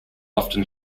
often